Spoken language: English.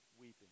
weeping